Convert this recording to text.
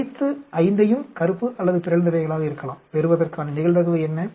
அனைத்து 5 யையும் கருப்பு அல்லது பிறழ்ந்தவையாக இருக்கலாம் பெறுவதற்கான நிகழ்தகவு என்ன